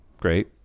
great